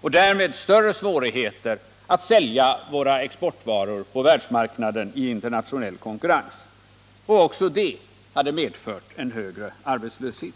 och därmed större svårigheter att sälja våra exportvaror på världsmarknaden i internationell konkurrens — och det hade också medfört en högre arbetslöshet.